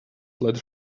let